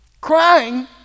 crying